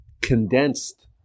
condensed